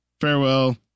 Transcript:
farewell